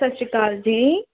ਸਤਿ ਸ਼੍ਰੀ ਅਕਾਲ ਜੀ